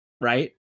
right